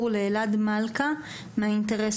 אלעד מלכא, האינטרס